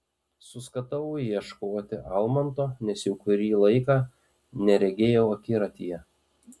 suskatau ieškoti almanto nes jau kurį laiką neregėjau akiratyje